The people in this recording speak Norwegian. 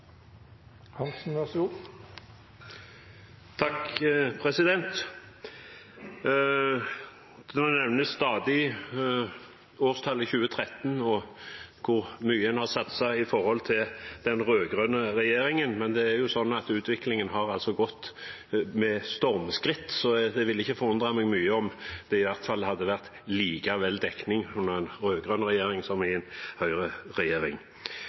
hvor mye en har satset i forhold til den rød-grønne regjeringen, men utviklingen har gått med stormskritt, så det ville ikke forundret meg mye om det i hvert fall hadde vært like god dekning under en rød-grønn regjering som under en høyreregjering.